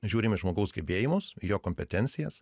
žiūrim į žmogaus gebėjimus jo kompetencijas